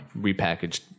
Repackaged